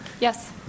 Yes